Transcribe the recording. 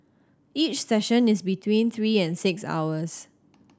each session is between three and six hours